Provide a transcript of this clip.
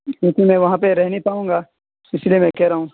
کیونکہ میں وہاں پہ رہ نہیں پاؤں گا اسی لیے میں کہہ رہا ہوں